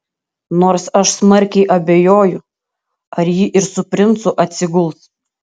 nors aš smarkiai abejoju ar ji ir su princu atsiguls